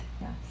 Yes